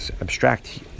abstract